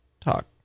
talk